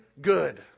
good